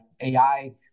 AI